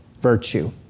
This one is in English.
virtue